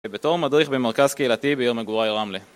ובתור מדריך במרכז קהילתי בעיר מגורי רמלה